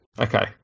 Okay